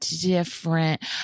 different